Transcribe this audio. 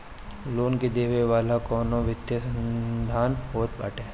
loan देवे वाला कवनो वित्तीय संस्थान होत बाटे